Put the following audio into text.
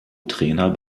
trainer